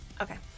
Okay